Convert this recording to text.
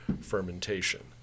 fermentation